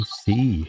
see